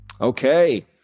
Okay